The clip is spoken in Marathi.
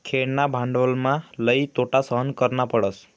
खेळणा भांडवलमा लई तोटा सहन करना पडस